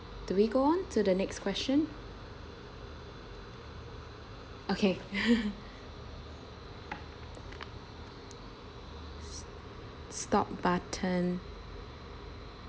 do we go on to the next question okay stop button